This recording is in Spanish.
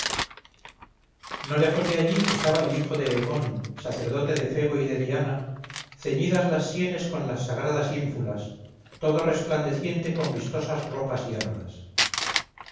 no lejos de allí estaba el hijo de hemón sacerdote de febo y de diana ceñidas las sienes con las sagradas ínfulas todo resplandeciente con vistosas ropas y armas